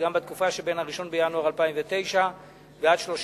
וגם בתקופה שבין 1 בינואר 2009 ועד 30